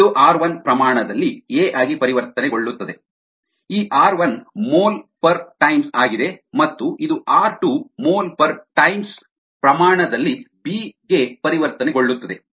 ಇದು ಆರ್1 ಪ್ರಮಾಣ ದಲ್ಲಿ ಎ ಆಗಿ ಪರಿವರ್ತನೆಗೊಳ್ಳುತ್ತದೆ ಈ ಆರ್1 ಮೋಲ್ ಪರ್ ಟೈಮ್ಸ್ ಆಗಿದೆ ಮತ್ತು ಇದು ಆರ್2 ಮೋಲ್ ಪರ್ ಟೈಮ್ಸ್ ಪ್ರಮಾಣ ದಲ್ಲಿ ಬಿ ಗೆ ಪರಿವರ್ತನೆಗೊಳ್ಳುತ್ತದೆ